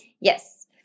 Yes